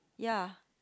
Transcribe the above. ya